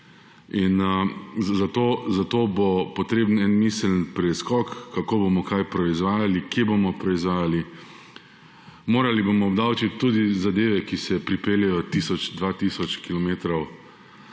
in zato bo potreben en miselni preskok, kako bomo kaj proizvajali, kje bomo proizvajali. Morali bomo obdavčiti tudi zadeve, ki se pripeljejo tisoč ali dva tisoč kilometrov